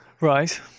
Right